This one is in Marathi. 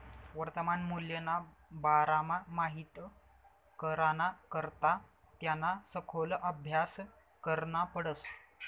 वर्तमान मूल्यना बारामा माहित कराना करता त्याना सखोल आभ्यास करना पडस